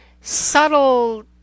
subtle